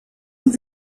een